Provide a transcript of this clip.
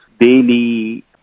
daily